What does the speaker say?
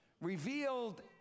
revealed